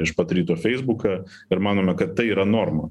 iš pat ryto feisbuką ir manome kad tai yra norma